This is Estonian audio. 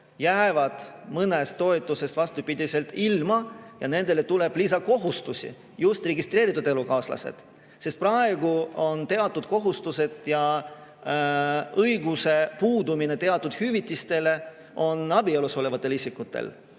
jäävad mõnest toetusest vastupidiselt ilma ja nendele tuleb lisakohustusi. Just registreeritud elukaaslastel. Praegu on teatud kohustused ja puudub õigus teatud hüvitistele abielus olevatel isikutel,